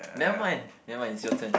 nevermind nevermind it's your turn